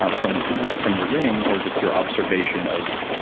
um from your from your ring or just your observation of,